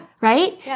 right